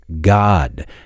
God